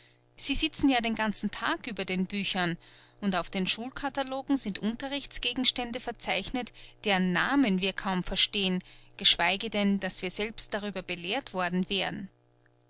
sie sitzen ja den ganzen tag über den büchern und auf den schulkatalogen sind unterrichtsgegenstände verzeichnet deren namen wir kaum verstehen geschweige denn daß wir selbst darüber belehrt worden wären